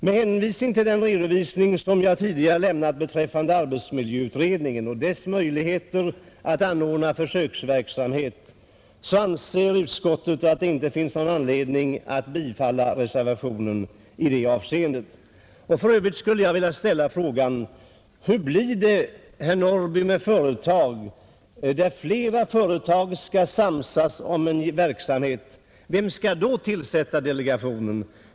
Med hänvisning till den redovisning som jag tidigare har lämnat beträffande arbetsmiljöutredningen och dess möjligheter att anordna försöksverksamhet anser utskottsmajoriteten att det inte finns någon anledning att tillstyrka motionen i det avseendet. För övrigt skulle jag vilja ställa ett par frågor till herr Norrby: Hur blir det när flera företag skall samsas om en verksamhet? Vem skall då tillsätta delegationen?